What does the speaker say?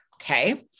Okay